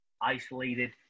isolated